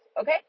okay